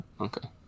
Okay